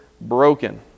broken